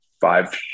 five